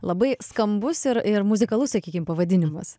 labai skambus ir ir muzikalus sakykim pavadinimas